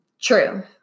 True